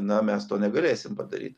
na mes to negalėsim padaryt